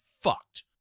fucked